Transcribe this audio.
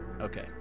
Okay